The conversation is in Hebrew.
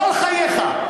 כל חייך.